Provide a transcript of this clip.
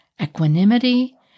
equanimity